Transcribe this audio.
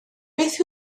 beth